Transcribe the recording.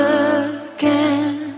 again